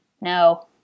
No